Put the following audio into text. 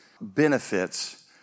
benefits